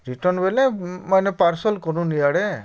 return ବେଲେ ମାନେ parcel କରୁନ୍ ଇଆଡ଼େ